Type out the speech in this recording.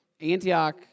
Antioch